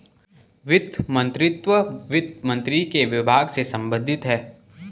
वित्त मंत्रीत्व वित्त मंत्री के विभाग से संबंधित है